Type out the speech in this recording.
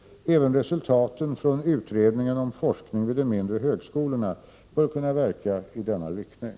” Även resultaten från utredningen om forskning vid de mindre högskolorna bör kunna verka i denna riktning.